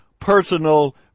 personal